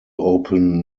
open